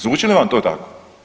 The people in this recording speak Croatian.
Zvuči li vam to tako.